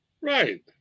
Right